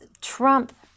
Trump